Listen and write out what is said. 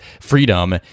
Freedom